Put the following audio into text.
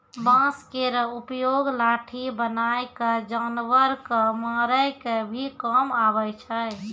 बांस केरो उपयोग लाठी बनाय क जानवर कॅ मारै के भी काम आवै छै